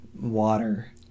water